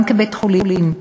גם כבית-חולים,